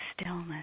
stillness